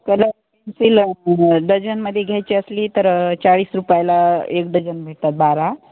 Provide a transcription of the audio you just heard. colour pencil डजनमध्ये घ्यायची असली तर चाळीस रुपायाला एक डझन भेटतात बारा